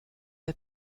der